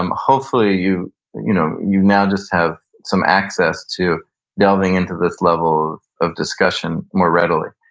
um hopefully you you know you now just have some access to delving into this level of discussion more readily.